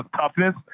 toughness